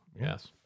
Yes